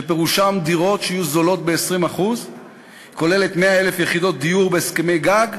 שפירושם דירות שיהיו זולות ב-20%; כוללת 100,000 יחידות דיור בהסכמי גג,